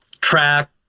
track